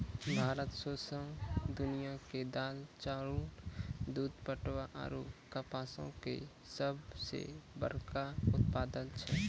भारत सौंसे दुनिया मे दाल, चाउर, दूध, पटवा आरु कपासो के सभ से बड़का उत्पादक छै